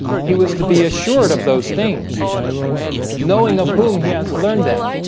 he was to be assured of those things knowing of whom he has learned them